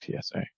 TSA